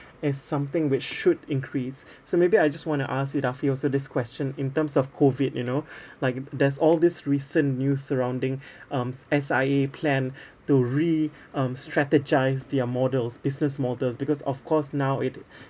is something which should increase so maybe I just want to ask idafi also this question in terms of COVID you know like there's all these recent news surrounding um S_I_A plan to re~ um strategise their models business models because of course now it